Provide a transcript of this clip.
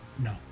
No